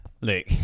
Look